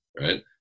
right